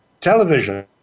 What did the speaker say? television